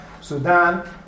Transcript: Sudan